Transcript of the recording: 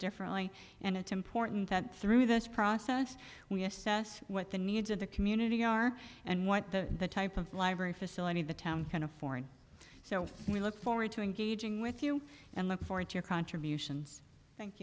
differently and it's important that through this process we assess what the needs of the community are and what the type of library facility the town kind of foreign so we look forward to engaging with you and look forward to your contributions thank